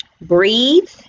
breathe